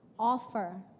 offer